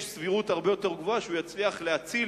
יש סבירות הרבה יותר גבוהה שהוא יצליח להציל